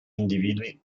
individui